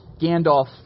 Gandalf